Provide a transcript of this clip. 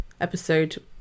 episode